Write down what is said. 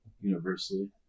universally